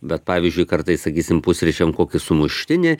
bet pavyzdžiui kartais sakysim pusryčiam kokį sumuštinį